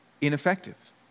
ineffective